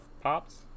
Pops